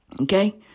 okay